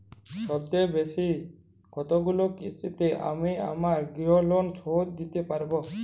সবথেকে বেশী কতগুলো কিস্তিতে আমি আমার গৃহলোন শোধ দিতে পারব?